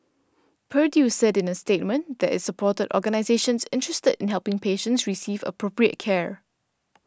Purdue said in a statement that it supported organisations interested in helping patients receive appropriate care